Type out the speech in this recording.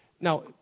Now